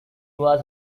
was